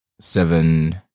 seven